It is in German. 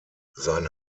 sein